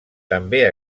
també